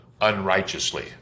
unrighteously